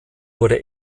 wurde